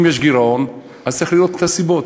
אם יש גירעון, אז צריך לראות את הסיבות.